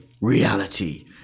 Reality